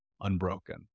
unbroken